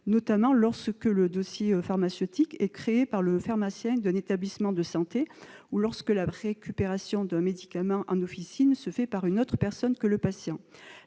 notamment lorsque le dossier pharmaceutique est créé par le pharmacien d'un établissement de santé ou lorsque la récupération de médicaments en officine se fait par une autre personne que le patient.